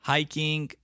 Hiking